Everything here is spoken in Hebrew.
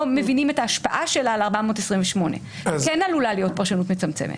מבינים את ההשפעה שלה על 428. כן עלולה להיות כאן שונות מצמצמת.